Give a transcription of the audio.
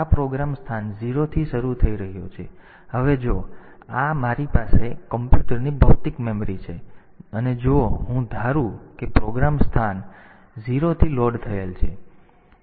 અને આ પ્રોગ્રામ સ્થાન 0 થી શરૂ થઈ રહ્યો છે હવે જો આ આખરે મારી કોમ્પ્યુટરની ભૌતિક મેમરી છે અને જો હું ધારું કે પ્રોગ્રામ મેમરી સ્થાન 0 થી લોડ થયેલ છે